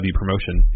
promotion